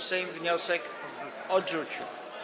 Sejm wniosek odrzucił.